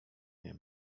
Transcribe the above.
nie